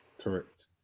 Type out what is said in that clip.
correct